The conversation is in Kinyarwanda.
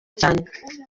cyane